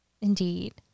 Indeed